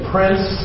Prince